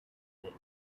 they